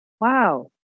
Wow